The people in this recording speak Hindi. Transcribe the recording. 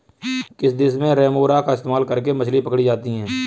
किस देश में रेमोरा का इस्तेमाल करके मछली पकड़ी जाती थी?